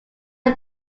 are